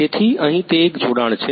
તેથી અહીં તે એક જોડાણ છે